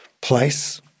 place